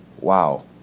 Wow